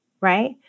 right